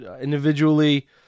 individually